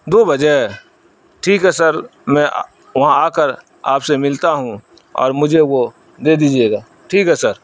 دو بجے ٹھیک ہے سر میں وہاں آ کر آپ سے ملتا ہوں اور مجھے وہ دے دیجیے گا ٹھیک ہے سر